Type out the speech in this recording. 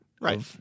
Right